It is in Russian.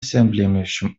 всеобъемлющим